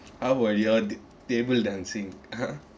how were y'all table dancing !huh!